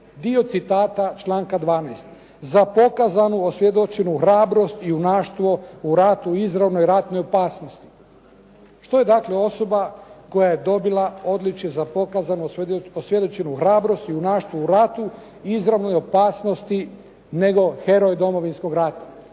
dio citata članka 12. "za pokazanu osvjedočenu hrabrost i junaštvo u ratu i izravnoj ratnoj opasnosti". Što je dakle osoba koja je dobila odličje za pokazanu, osvjedočenu hrabrost i junaštvo u ratu i izravnoj opasnosti nego heroj Domovinskog rata.